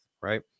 Right